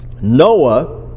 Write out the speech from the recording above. Noah